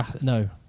no